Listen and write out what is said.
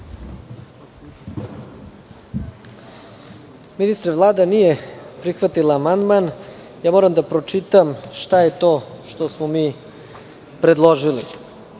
Ministre, Vlada nije prihvatila amandman. Moram da pročitam šta je to što smo mi predložili.U